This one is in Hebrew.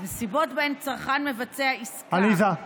בנסיבות שבהן צרכן מבצע עסקה, עליזה.